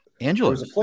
Angela